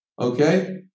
Okay